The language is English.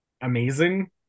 amazing